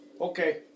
Okay